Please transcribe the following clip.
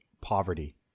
poverty